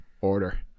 order